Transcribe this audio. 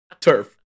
turf